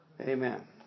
Amen